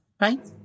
right